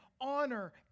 honor